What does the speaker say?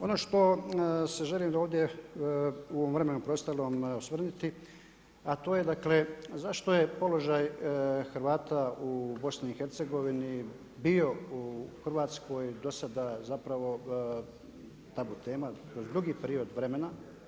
Ono što se želim ovdje u vremenu preostalom osvrnuti a to je dakle zašto je položaj Hrvata u BiH bio u Hrvatskoj do sada zapravo tabu tema kroz dugi period vremena.